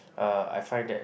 uh I find that